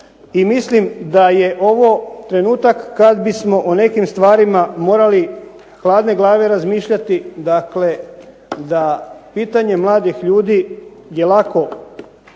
mislim da je ovo trenutak kad bismo o nekim stvarima morali hladne glave razmišljati. Dakle, da pitanje mladih ljudi je lako,